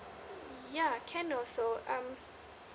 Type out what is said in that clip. yeah can also um